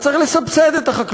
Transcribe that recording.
אז צריך לסבסד את החקלאות,